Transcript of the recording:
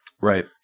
Right